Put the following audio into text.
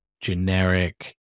generic